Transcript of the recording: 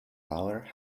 lower